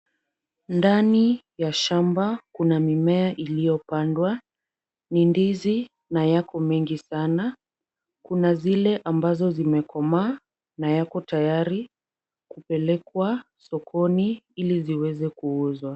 Ndani ya shamba kuna mimea iliyopandwa. Ni ndizi na yako mengi sana. Kuna zile ambazo zimekomaa na yako tayari kupelekwa sokoni ili ziweze kuuzwa.